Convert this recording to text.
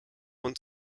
want